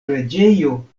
preĝejo